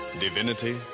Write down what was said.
divinity